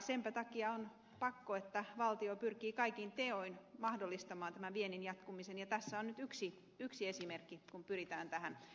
senpä takia on pakko että valtio pyrkii kaikin teoin mahdollistamaan tämän viennin jatkumisen ja tässä on nyt yksi esimerkki kun pyritään tähän